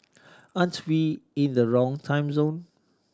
aren't we in the wrong time zone